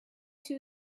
two